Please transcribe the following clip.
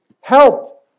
help